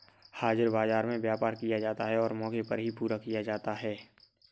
हाजिर बाजार में व्यापार किया जाता है और मौके पर ही पूरा किया जाता है